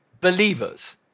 believers